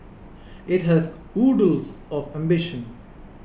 it has oodles of ambition